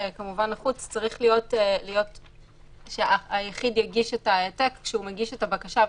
אם מישהו ייפול על שופט שלא מבין את זה "אכל אותה".